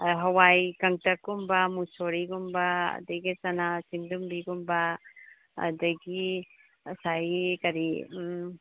ꯑꯥ ꯍꯥꯋꯥꯏ ꯀꯥꯡꯇꯛꯀꯨꯝꯕ ꯃꯨꯛꯁꯣꯔꯤꯒꯨꯝꯕ ꯑꯗꯒꯤ ꯆꯥꯅꯥ ꯆꯤꯟꯗꯨꯝꯕꯤꯒꯨꯝꯕ ꯑꯗꯒꯤ ꯉꯁꯥꯏꯒꯤ ꯀꯔꯤ ꯎꯝ